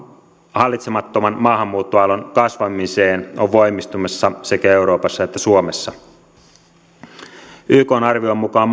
hallitsemattoman maahanmuuttoaallon kasvamiseen on voimistumassa sekä euroopassa että suomessa ykn arvion mukaan